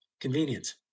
convenience